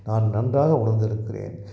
நான் நன்றாக உணர்ந்திருக்கிறேன்